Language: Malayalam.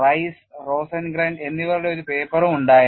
Rice Rosengren എന്നിവരുടെ ഒരു പേപ്പറും ഉണ്ടായിരുന്നു